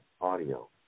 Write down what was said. audio